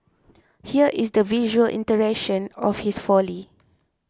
here is the visual iteration of his folly